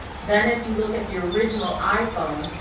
then if you look at the original iphone,